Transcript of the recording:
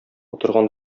утырган